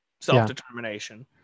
self-determination